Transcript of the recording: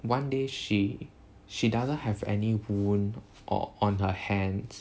one day she she doesn't have any wound or on her hands